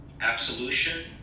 absolution